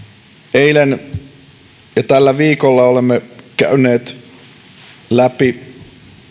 eilen ja tällä viikolla olemme käyneet läpi